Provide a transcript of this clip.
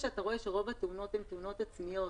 ברגע שאתה רואה שרוב התאונות הן תאונות עצמיות,